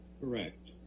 Correct